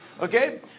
Okay